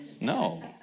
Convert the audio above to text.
No